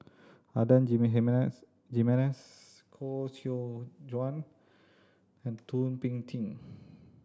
Adan Jimenez Koh Seow Chuan and Thum Ping Tjin